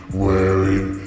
wearing